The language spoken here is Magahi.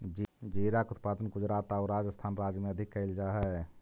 जीरा के उत्पादन गुजरात आउ राजस्थान राज्य में अधिक कैल जा हइ